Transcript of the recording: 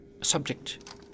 Subject